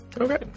Okay